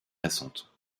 récentes